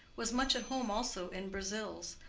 was much at home also in brazils,